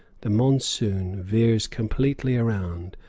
the monsoon veers completely around,